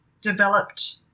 developed